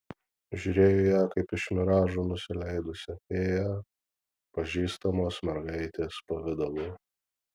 žiūrėjo į ją kaip iš miražų nusileidusią fėją pažįstamos mergaitės pavidalu